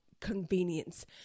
convenience